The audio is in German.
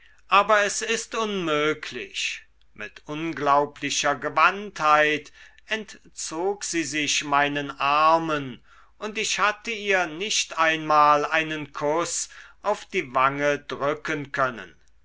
aber es ist unmöglich mit unglaublicher gewandtheit entzog sie sich meinen armen und ich hatte ihr nicht einmal einen kuß auf die wange drücken können